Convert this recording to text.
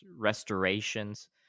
restorations